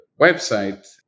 website